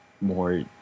more